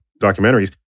documentaries